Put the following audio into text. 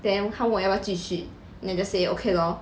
then 他问我要不要继续 then I just say okay lor